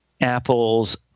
Apple's